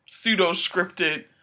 pseudo-scripted